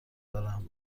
دارم